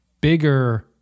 bigger –